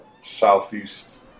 southeast